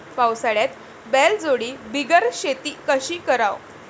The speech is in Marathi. पावसाळ्यात बैलजोडी बिगर शेती कशी कराव?